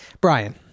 Brian